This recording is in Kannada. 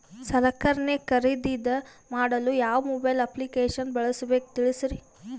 ಸಲಕರಣೆ ಖರದಿದ ಮಾಡಲು ಯಾವ ಮೊಬೈಲ್ ಅಪ್ಲಿಕೇಶನ್ ಬಳಸಬೇಕ ತಿಲ್ಸರಿ?